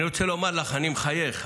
אני רוצה לומר לך, אני מחייך.